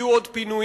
יהיו עוד פינויים.